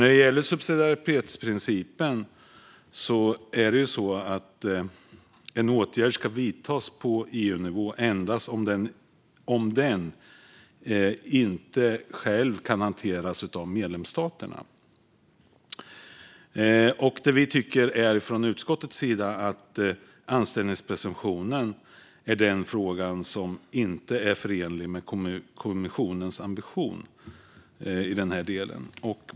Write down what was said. När det gäller subsidiaritetsprincipen ska en åtgärd vidtas på EU-nivå endast om den inte själv kan hanteras av medlemsstaterna. Vi tycker från utskottets sida att anställningspresumtionen är den fråga som inte är förenlig med kommissionens ambition i den här delen.